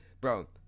Bro